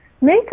make